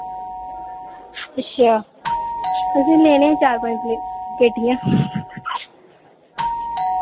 अच्छा असैं लेने हे चार पंज पेटियां